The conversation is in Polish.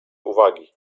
uwagi